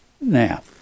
Now